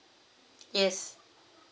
yes